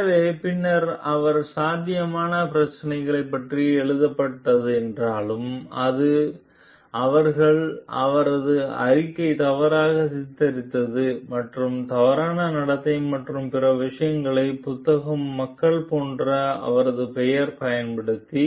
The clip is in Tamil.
எனவே பின்னர் அவர் சாத்தியமான பிரச்சினைகள் பற்றி எழுதப்பட்ட என்றால் அது கூட அவர்கள் அவரது அறிக்கை தவறாக சித்தரித்து மற்றும் தவறான நடத்தை மற்றும் பிற விஷயங்களை புத்தகம் மக்கள் போன்ற அவரது பெயர் பயன்படுத்தி